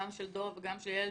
גם של דב וגם של יעל,